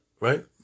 right